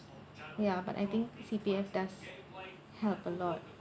ya but I think C_P_F does help a lot